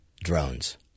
drones